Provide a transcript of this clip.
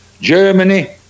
Germany